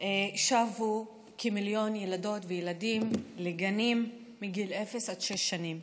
שבו כמיליון ילדות וילדים מגיל אפס עד שש שנים